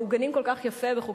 שמעוגנים כל כך יפה בחוקי-היסוד,